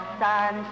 sun